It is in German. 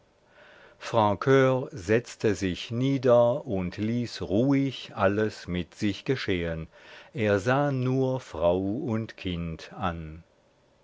francur setzte sich nieder und ließ ruhig alles mit sich geschehen er sah nur frau und kind an